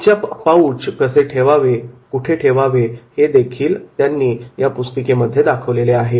ketchup pouch कसे ठेवावे कुठे ठेवावे हे देखील त्यांनी त्या पुस्तिकेमध्ये दाखविलेले आहे